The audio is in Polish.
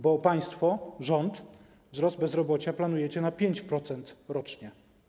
Bo państwo, rząd, wzrost bezrobocia planujecie na 5% rocznie.